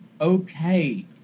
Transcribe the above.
okay